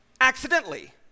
Accidentally